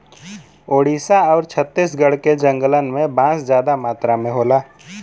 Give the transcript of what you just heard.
ओडिसा आउर छत्तीसगढ़ के जंगलन में बांस जादा मात्रा में होला